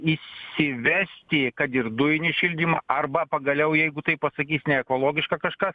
įsivesti kad ir dujinį šildymą arba pagaliau jeigu tai pasakys ne ekologiška kažkas